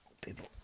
people